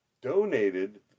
donated